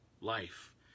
life